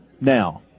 Now